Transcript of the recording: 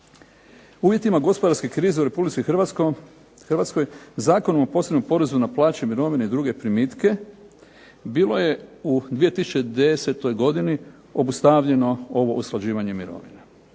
Uvjetima gospodarske krize u Republici Hrvatskoj Zakonom o posebnom porezu na plaće, mirovine i druge primitke bilo je u 2010. godini obustavljeno ovo usklađivanje mirovina.